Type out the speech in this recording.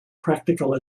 practical